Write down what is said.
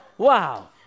Wow